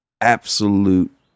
absolute